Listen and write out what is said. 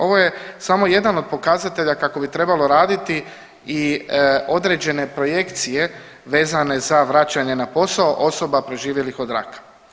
Ovo je samo jedan od pokazatelja kako bi trebalo raditi i određene projekcije vezane za vraćanje na posao osoba preživjelih od raka.